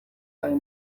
ayo